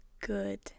good